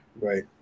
Right